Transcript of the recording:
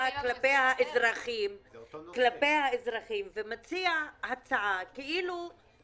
אנחנו מתנגדים לקריאה בכפיפה אחת של קרנות ההשתלמות האותנטיות שמשמשות